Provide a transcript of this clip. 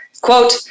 quote